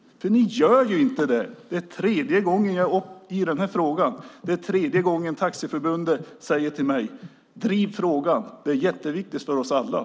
Det här är tredje gången jag interpellerar i denna fråga. Det är tredje gången Taxiförbundet ber mig driva frågan eftersom den är jätteviktig för dem.